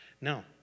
Now